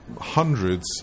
hundreds